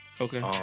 okay